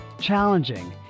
challenging